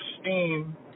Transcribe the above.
steam